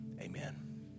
Amen